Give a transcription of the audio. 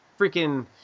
freaking